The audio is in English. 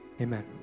Amen